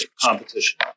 competition